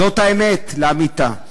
זאת האמת לאמיתה.